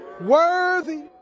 worthy